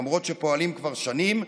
למרות שפועלים כבר שנים,